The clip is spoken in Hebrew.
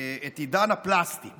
את עידן הפלסטיק